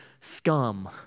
scum